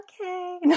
Okay